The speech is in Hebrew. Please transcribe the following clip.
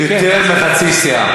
יותר מחצי סיעה.